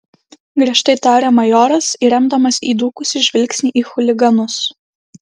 griežtai tarė majoras įremdamas įdūkusį žvilgsnį į chuliganus